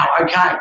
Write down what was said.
Okay